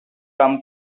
come